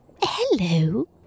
Hello